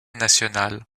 nationale